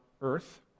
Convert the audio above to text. earth